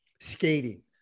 skating